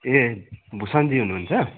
ए भुषन जी हुनुहुन्छ